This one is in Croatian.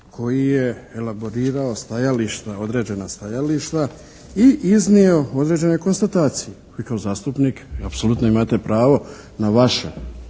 koji je elaborirao stajalište, određena stajališta i iznio određene konstatacije. I kao zastupnik vi apsolutno imate pravo na vaše